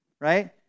right